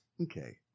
Okay